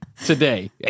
Today